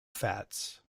fats